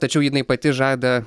tačiau jinai pati žada